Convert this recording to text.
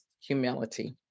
humility